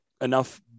enough